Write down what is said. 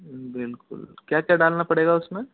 बिलकुल क्या क्या डालना पड़ेगा उसमें